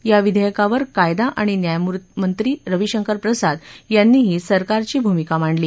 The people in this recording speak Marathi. या विधेयकावर कायदा आण न्यायमंत्री रविशंकर प्रसाद यांनीही सरकारची भूमिका मांडली